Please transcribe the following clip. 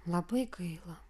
labai gaila